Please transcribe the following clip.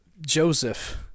Joseph